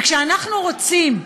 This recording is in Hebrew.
וכשאנחנו רוצים,